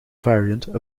variant